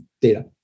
data